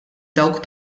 dawk